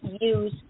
use